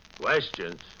Questions